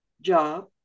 job